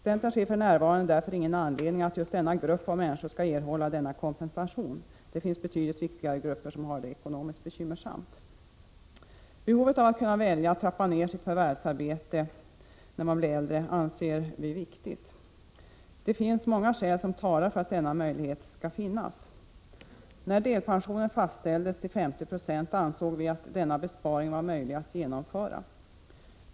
Centern ser för närvarande ingen anledning till att just denna grupp människor skall få denna kompensation. Det finns grupper som har det mycket mer ekonomiskt bekymmersamt. Att ha möjlighet att trappa ned sitt förvärvsarbete när man blir äldre är något som vi anser viktigt. Många skäl talar för att denna möjlighet skall finnas. När delpensionen fastställdes till 50 26 ansåg vi att denna besparing var möjlig att genomföra.